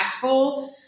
impactful